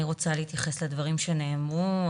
רוצה להתייחס לדברים שנאמרו.